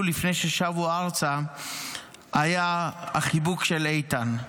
לפני ששבו ארצה היה החיבוק של איתן".